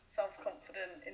self-confident